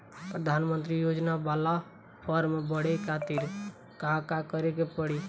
प्रधानमंत्री योजना बाला फर्म बड़े खाति का का करे के पड़ी?